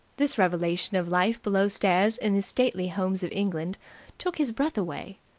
this revelation of life below stairs in the stately homes of england took his breath away.